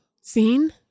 seen